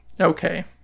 Okay